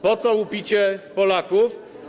Po co łupicie Polaków?